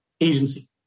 agency